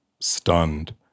stunned